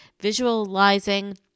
visualizing